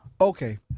Okay